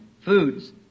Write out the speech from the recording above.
foods